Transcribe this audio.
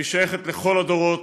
והיא שייכת לכל הדורות,